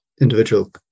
individual